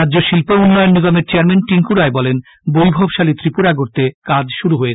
রাজ্য শিল্প উল্লয়ন নিগমের চেয়ারম্যান টিঙ্কু রায় বলেন বৈভবশালী ত্রিপুরা গড়তে কাজ শুরু হয়েছে